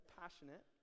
passionate